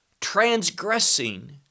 transgressing